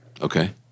Okay